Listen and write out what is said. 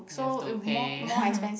you have to pay